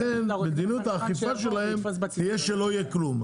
לכן מדיניות האכיפה שלהם תהיה שלא יהיה כלום.